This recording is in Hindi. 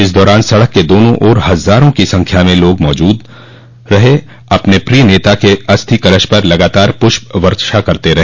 इस दौरान सड़क के दोनों ओर हजारों की संख्या में मौजूद लोग अपने प्रिय नेता के अस्थि कलश पर लगातार पुष्प वर्षा करते रहे